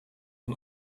een